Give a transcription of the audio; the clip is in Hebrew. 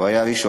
הוא היה הראשון